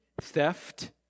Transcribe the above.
theft